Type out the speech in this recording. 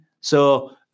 So-